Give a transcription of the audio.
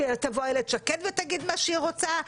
שתגיד אילת שקד מה היא רוצה.